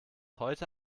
heute